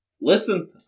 Listen